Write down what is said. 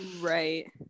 right